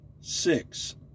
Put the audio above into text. six